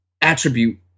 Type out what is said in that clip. attribute